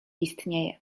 istnieje